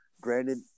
Granted